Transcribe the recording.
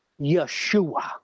Yeshua